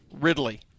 Ridley